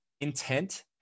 Intent